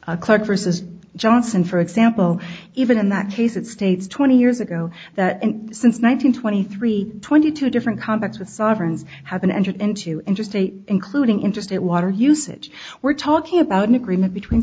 a clerk versus johnson for example even in that case it states twenty years ago that and since one thousand twenty three twenty two different contacts with sovereigns have been entered into interstate including interstate water usage we're talking about an agreement between